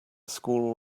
school